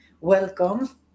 welcome